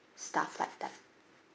stuff like that